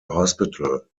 hospital